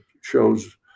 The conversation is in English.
shows